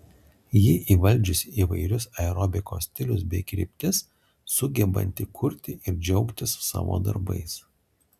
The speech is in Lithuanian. ji įvaldžiusi įvairius aerobikos stilius bei kryptis sugebanti kurti ir džiaugtis savo darbais